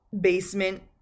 basement